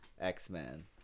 X-Men